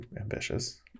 ambitious